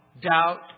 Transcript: Doubt